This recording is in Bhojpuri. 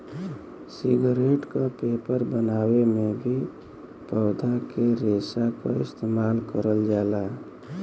सिगरेट क पेपर बनावे में भी पौधा के रेशा क इस्तेमाल करल जाला